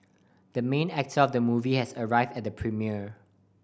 the main actor of the movie has arrived at the premiere